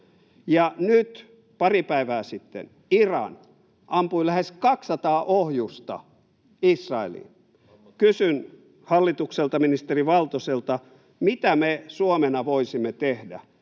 nyt pari päivää sitten Iran ampui lähes 200 ohjusta Israeliin. Kysyn hallitukselta, ministeri Valtoselta: mitä me Suomena voisimme tehdä,